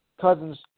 Cousins